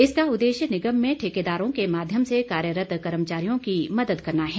इसका उददेश्य निगम में ठेकेदारों के माध्यम से कार्यरत कर्मचारियों की मदद करना है